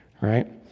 right